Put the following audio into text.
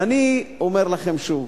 ואני אומר לכם שוב,